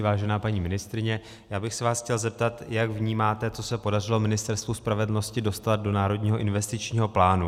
Vážená paní ministryně, já bych se vás chtěl zeptat, jak vnímáte to, co se podařilo Ministerstvu spravedlnosti dostat do Národního investičního plánu.